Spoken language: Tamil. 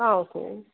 ஆ ஓகே